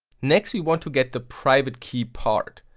next we want to get the private key part.